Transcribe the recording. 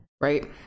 right